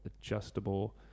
adjustable